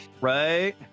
Right